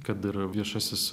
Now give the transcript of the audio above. kad ir viešasis